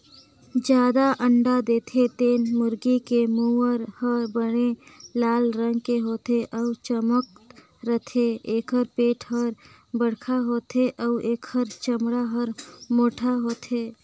जादा अंडा देथे तेन मुरगी के मउर ह बने लाल रंग के होथे अउ चमकत रहिथे, एखर पेट हर बड़खा होथे अउ एखर चमड़ा हर मोटहा होथे